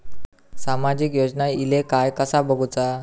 सामाजिक योजना इले काय कसा बघुचा?